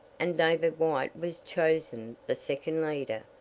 and david white was chosen the second leader,